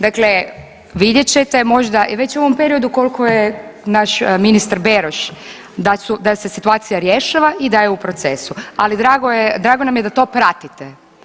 Dakle, vidjet ćete možda već u ovom periodu koliko je naš ministar Beroš da se situacija rješava i da je u procesu, ali drago je, drago nam je da to pratite.